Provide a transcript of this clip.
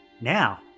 Now